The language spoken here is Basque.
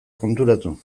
konturatu